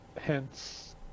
hence